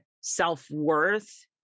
self-worth